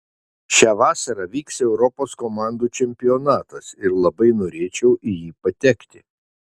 šią vasarą vyks europos komandų čempionatas ir labai norėčiau į jį patekti